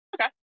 Okay